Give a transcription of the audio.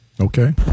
Okay